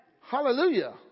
Hallelujah